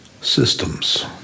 Systems